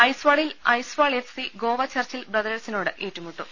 ഐസ്വാളിൽ Aizawl F C Goa Churchill ബ്രദേഴ്സിനോട് ഏറ്റുമുട്ടും